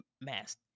mask